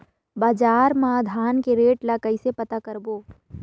बजार मा धान के रेट ला कइसे पता करबो?